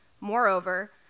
Moreover